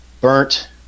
burnt